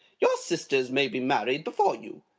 your sisters may be married before you.